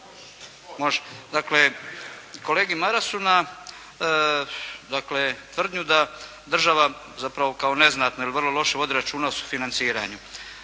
Dakle kolegi Marasu dakle na tvrdnju da država zapravo kao neznatno ili vrlo loše vodi računa o sufinanciranju.